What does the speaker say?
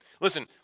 Listen